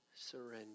surrender